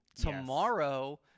Tomorrow